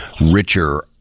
richer